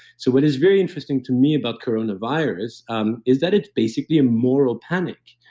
so, what is very interesting to me about coronavirus um is that it's basically a moral panic.